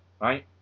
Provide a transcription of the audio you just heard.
right